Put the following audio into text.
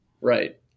right